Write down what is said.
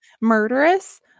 murderous